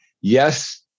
Yes